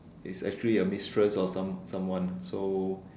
it's actually a mistress or some someone so